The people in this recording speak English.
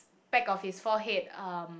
back of his forehead um